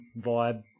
vibe